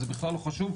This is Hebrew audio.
זה בכלל לא חשוב,